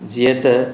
जीअं त